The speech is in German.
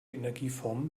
energieformen